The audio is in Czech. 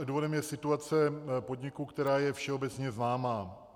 Důvodem je situace podniku, která je všeobecně známá.